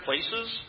places